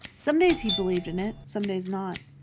some days he believed in it, some days not.